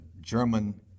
German